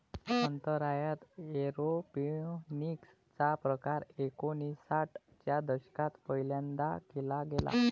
अंतराळात एरोपोनिक्स चा प्रकार एकोणिसाठ च्या दशकात पहिल्यांदा केला गेला